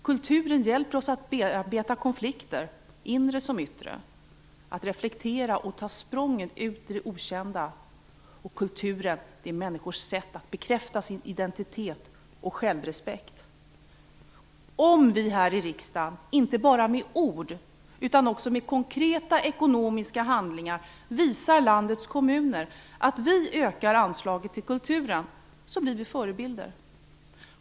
Kulturen hjälper oss att bearbeta konflikter, inre som yttre, att reflektera och ta språnget ut i det okända Kulturen är människors sätt att bekräfta sin identitet och självrespekt. Om vi här i riksdagen inte bara med ord utan också med konkreta ekonomiska handlingar visar landets kommuner att vi ökar anslaget till kulturen, blir vi förebilder.